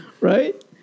right